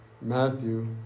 Matthew